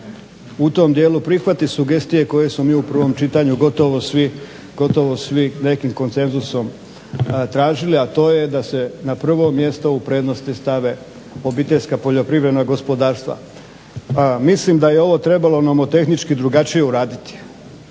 u tom dijelu prihvati sugestije koje smo mi u 1. čitanju gotovo svi nekim konsenzusom tražili, a to je da se na prvo mjesto u prednosti stave OPG-i. Mislim da je ovo trebalo nomotehnički drugačije uraditi.